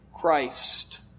Christ